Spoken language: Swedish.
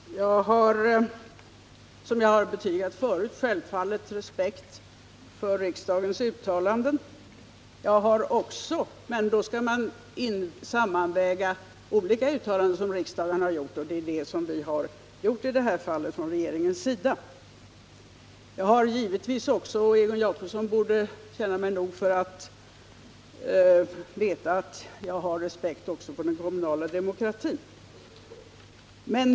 Herr talman! Jag har, som jag har betygat förut, självfallet respekt för riksdagens uttalanden. Det är emellertid nödvändigt att väga samman olika uttalanden som riksdagen har gjort. Det är det som regeringen har gjort i det här fallet. Jag har givetvis också respekt för den kommunala demokratin — och Egon Jacobsson borde känna mig tillräckligt väl för att veta att jag har det.